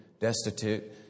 destitute